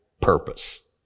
purpose